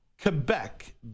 Quebec